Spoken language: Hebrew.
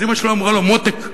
אז אמא שלו אמרה לו: מותק,